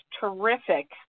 terrific